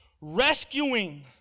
rescuing